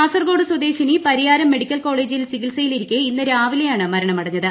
കാസർകോട് സ്വദേശിനി പരിയാരം മെഡിക്കൽ കോളേജിൽ ചികിത്സയിലിരിക്കെ ഇന്ന് രാവിലെയാണ് മരണമടഞ്ഞത്